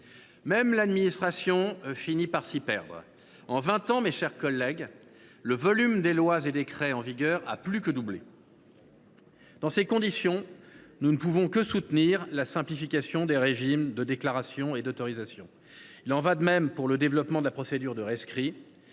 Même l’administration finit par s’y perdre. En vingt ans, mes chers collègues, le volume des lois et décrets en vigueur a plus que doublé. Dans ces conditions, nous ne pouvons que soutenir la simplification des régimes de déclaration et d’autorisation. Il en va de même pour le développement de la procédure de rescrit.